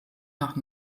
nach